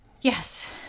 Yes